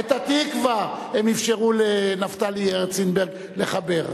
את "התקווה" הם אפשרו לנפתלי הרץ אימבר לחבר.